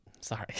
sorry